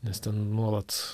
nes ten nuolat